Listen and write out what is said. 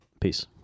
Peace